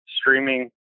streaming